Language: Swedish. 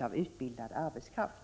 av utbildad arbetskraft.